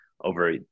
over